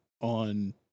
on